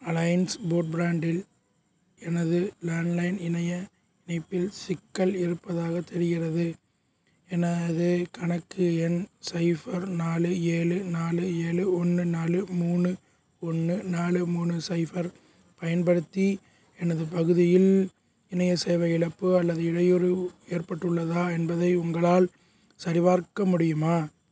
alliance ப்ரோட்ப்ராண்டில் எனது landline இணைய இணைப்பில் சிக்கல் இருப்பதாகத் தெரிகிறது எனது கணக்கு எண் சைஃபர் நாலு ஏழு நாலு ஏழு ஒன்று நாலு மூணு ஒன்று நாலு மூணு சைஃபர் பயன்படுத்தி எனது பகுதியில் இணைய சேவை இழப்பு அல்லது இடையூறு ஏற்பட்டுள்ளதா என்பதை உங்களால் சரிபார்க்க முடியுமா